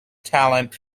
talent